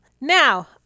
Now